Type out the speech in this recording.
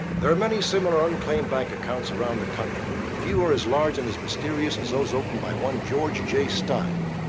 there are many similar unclaimed bank accounts around the country, but are as large and as mysterious as those opened by one, george j. stein.